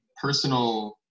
personal